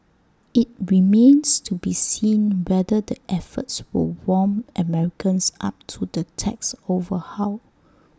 IT remains to be seen whether the efforts will warm Americans up to the tax overhaul